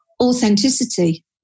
authenticity